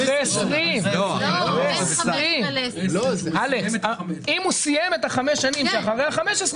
אחרי 20. אם הוא סיים את חמש השנים שאחרי ה-15,